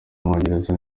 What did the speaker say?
w’umwongereza